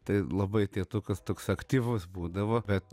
tai labai tėtukas toks aktyvus būdavo bet